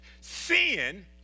Sin